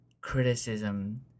criticism